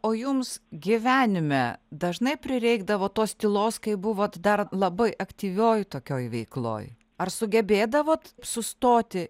o jums gyvenime dažnai prireikdavo tos tylos kai buvot dar labai aktyvioj tokioj veikloj ar sugebėdavot sustoti